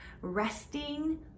resting